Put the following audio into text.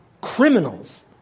criminals